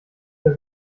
der